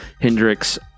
Hendrix